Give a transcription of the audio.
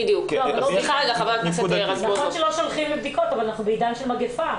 נכון שלא שולחים לבדיקות אבל אנחנו בעידן של מגפה,